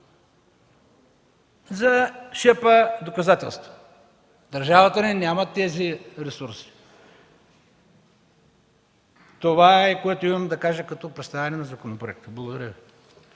за шепа доказателства. Държавата ни няма тези ресурси. Това е, което имам да кажа, като представяне на законопроекта. Благодаря